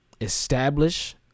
Establish